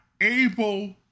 able